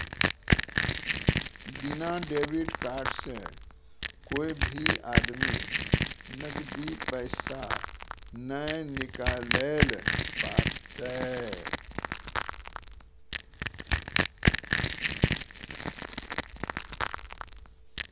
बिना debit card से कोय भी आदमी नगदी पैसा नाय निकालैल पारतै